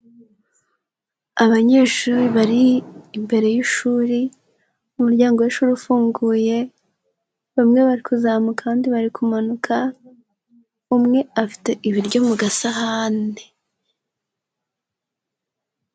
Abanyeshuri bari imbere y'ishuri, umuryango w'ishuri ufunguye, bamwe bari kuzamuka abandi bari kumanuka, umwe afite ibiryo mu gasahane.